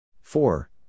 Four